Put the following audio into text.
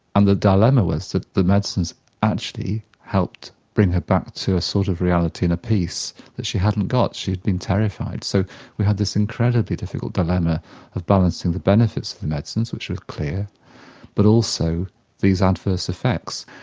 and the dilemma was that the medicines actually helped to bring her back to a sort of reality and a peace that she hadn't got, she'd been terrified. so we had this incredibly incredibly difficult dilemma of balancing the benefits of the medicines which was clear but also these adverse effects.